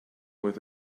with